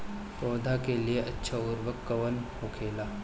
पौधा के लिए अच्छा उर्वरक कउन होखेला?